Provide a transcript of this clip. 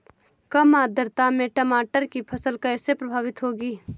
कम आर्द्रता में टमाटर की फसल कैसे प्रभावित होगी?